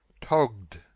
Togged